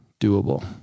doable